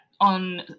on